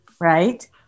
right